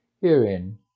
Herein